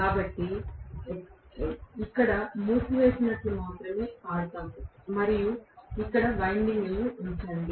కానీ మేము ఇక్కడ మూసివేసేటట్లు మాత్రమే ఆడతాము మరియు ఇక్కడ వైండింగ్లను ఉంచండి